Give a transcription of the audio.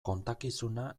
kontakizuna